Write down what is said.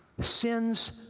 sins